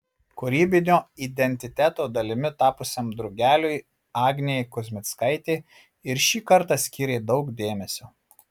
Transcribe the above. kūrybinio identiteto dalimi tapusiam drugeliui agnė kuzmickaitė ir šį kartą skyrė daug dėmesio